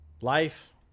life